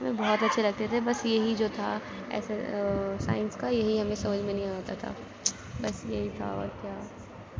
ہمیں بہت اچھے لگتے تھے بس یہی جو تھا ایسے سائنس کا یہی ہمیں سمجھ میں نہیں آتا تھا بس یہی تھا اور کیا